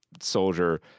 soldier